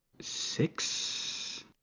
Six